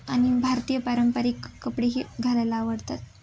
आणि भारतीय पारंपरिक कपडेही घालायला आवडतात